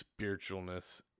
spiritualness